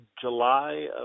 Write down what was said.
July